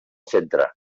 centre